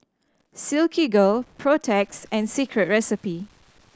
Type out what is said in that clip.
Silkygirl Protex and Secret Recipe